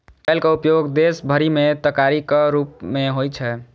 चठैलक उपयोग देश भरि मे तरकारीक रूप मे होइ छै